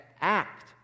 act